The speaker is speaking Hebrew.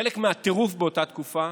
חלק מהטירוף באותה תקופה